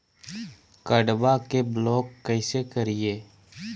कार्डबा के ब्लॉक कैसे करिए?